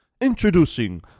Introducing